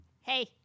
Hey